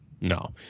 No